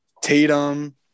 Tatum